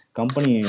company